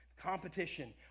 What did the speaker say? competition